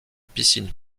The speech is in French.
piscine